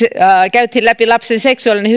käytiin läpi lapsen seksuaalinen